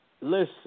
listen